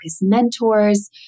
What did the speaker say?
mentors